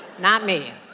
not me.